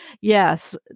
yes